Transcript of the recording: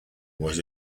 was